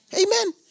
Amen